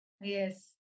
Yes